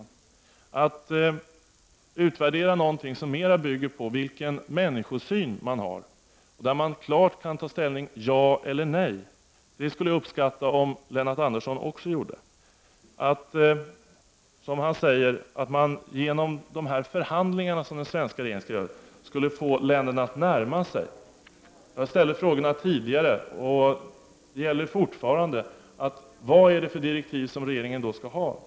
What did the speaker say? En utvärdering skulle komma att gälla något som i stor utsträckning gäller vilken människosyn man har, något som man klart kan ta ställning till med ett ja eller med ett nej. Jag skulle uppskatta om Lennart Andersson ville göra det. Lennart Andersson säger att man genom de förhandlingar som den svenska regeringen skulle genomföra skulle få länderna att närma sig varandra. Jag har tidigare ställt frågorna, och de gäller fortfarande: Vilka direktiv skall regeringen då ha?